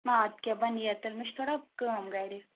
آ اَدٕ کیٛاہ بہٕ نیرٕ تیٚلہِ مےٚ چھِ تھوڑا کٲم گَرِ